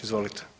Izvolite.